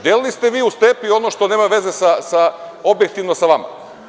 Delili ste vi u „Stepi“ ono što nema veze objektivno sa vama.